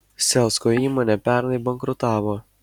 selsko įmonė pernai bankrutavo